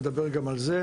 נדבר גם על זה,